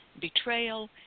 betrayal